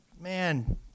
Man